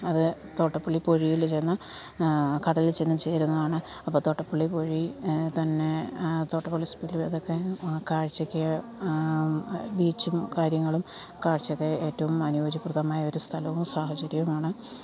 അത് തോട്ടപ്പള്ളി പൊഴിയിൽ ചെന്ന് കടലിൽ ചെന്ന് ചേരുന്നതാണ് അപ്പോൾ തോട്ടപ്പള്ളി പൊഴി തന്നെ തോട്ടപ്പള്ളി സ്പിൽവേ ഇതൊക്കെ കാഴ്ച്ചയ്ക്ക് ബീച്ചും കാര്യങ്ങളും കാഴ്ച്ചയ്ക്ക് ഏറ്റവും അനുയോജ്യപ്രദമായൊരു സ്ഥലവും സാഹചര്യവുമാണ്